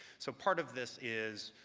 so part of this is,